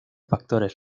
factores